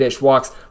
walks